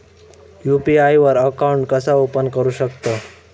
UPI वर account कसा open करू शकतव?